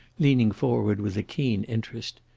leaning forward with a keen interest.